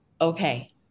okay